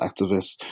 activists